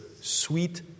sweet